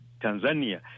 Tanzania